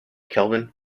kelvin